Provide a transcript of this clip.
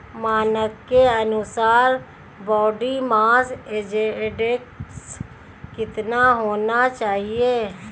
मानक के अनुसार बॉडी मास इंडेक्स कितना होना चाहिए?